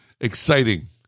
Exciting